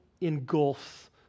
engulfs